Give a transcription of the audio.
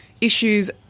issues